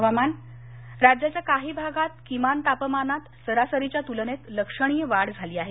हवामान राज्याच्या काही भागात किमान तापमानात सरासरीच्या तुलनेत लक्षणीय वाढ झाली आहे